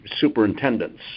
superintendents